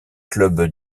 club